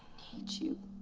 need you